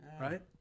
Right